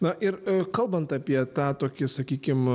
na ir kalbant apie tą tokį sakykim